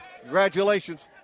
Congratulations